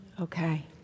Okay